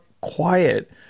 quiet